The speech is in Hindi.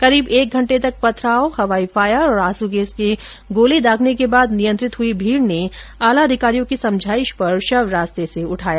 करीब एक घंटे तक पथराव हवाई फायर और आंसू गैस के गोले दागने के बाद नियंत्रित हुई भीड़ ने आला अधिकारियों की समझाइश पर शव रास्ते से उठाया